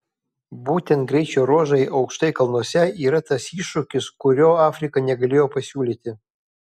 būtent greičio ruožai aukštai kalnuose yra tas iššūkis kurio afrika negalėjo pasiūlyti